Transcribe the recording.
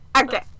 Okay